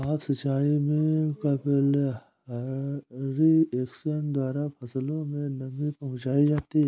up सिचाई में capillary action द्वारा फसलों में नमी पहुंचाई जाती है